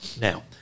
now